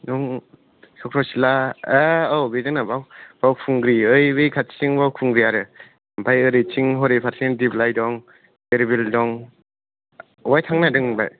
नों सक्रचिला ए औ बिजोंनो बाउ बाउखुंग्रि ऐ बै खाथिथिं बाउखुंग्रि आरो ओमफ्राय ओरैथिं हरै फारसेथिं दिबलाय दं दिरबिल दं अफाय थांनो नागिरदों नोंलाय